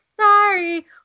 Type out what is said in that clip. sorry